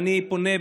אני פונה,